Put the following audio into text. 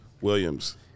Williams